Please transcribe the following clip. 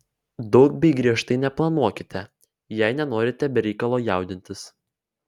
daug bei griežtai neplanuokite jei nenorite be reikalo jaudintis